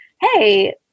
hey